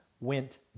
went